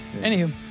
Anywho